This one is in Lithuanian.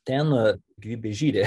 ten gyvybė žydi